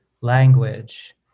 language